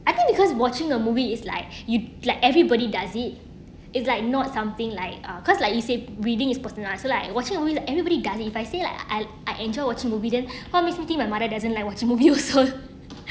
I think because watching a movie is like you like everybody does it it's like not something like uh cause like you say reading is personal lah so like watching a movie is everybody does it if I say like I I enjoy watching movie then how makes me think my mother doesn't like watching movie also